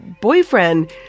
boyfriend